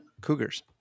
cougars